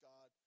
God